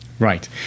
Right